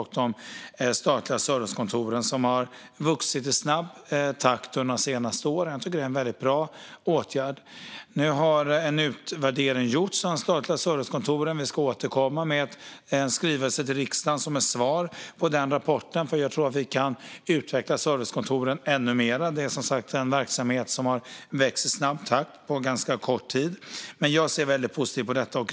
Antalet statliga servicekontor har ökat i snabb takt under de senaste åren. Jag tycker att det är en väldigt bra åtgärd. Det har nu gjorts en utvärdering av de statliga servicekontoren. Vi ska återkomma till riksdagen med en skrivelse som svar på rapporten. Jag tror att vi kan utveckla servicekontoren ännu mer. Det är ju en verksamhet som har ökat i snabb takt på kort tid. Jag ser som sagt väldigt positivt på detta.